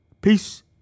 Peace